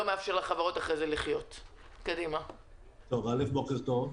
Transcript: בוקר טוב.